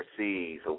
overseas